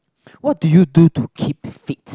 what do you do to keep fit